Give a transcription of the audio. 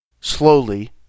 Slowly